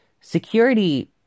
security